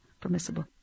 permissible